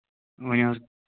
ؤنِو حظ